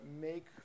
make